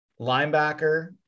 linebacker